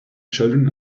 children